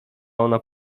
ona